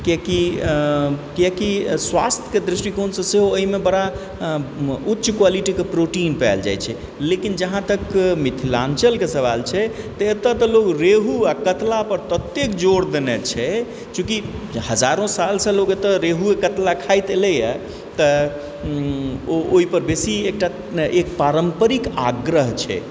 कियाकि कियाकि स्वास्थ्यके दृष्टिकोणसँ सेहो एहिमे बड़ा उच्च क्वालिटीके प्रोटीन पायल जाइत छै लेकिन जहाँ तक मिथिलाञ्चलके सवाल छै तऽ एतय तऽ लोक रेहू आ कतलापर ततेक जोर देने छै चूँकि हजारों सालसँ लोक एतय रेहू कतला खाइत एलैए तऽ ओ ओहिपर बेसी एकटा एक पारम्परिक आग्रह छै